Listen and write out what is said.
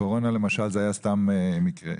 הקורונה, למשל, זה היה סתם מקרה.